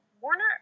Warner